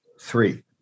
Three